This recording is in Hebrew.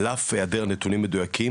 על אף היעדר נתונים מדויקים,